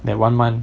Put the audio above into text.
that one month